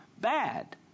bad